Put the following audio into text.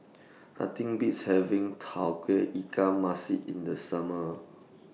Nothing Beats having Tauge Ikan Masin in The Summer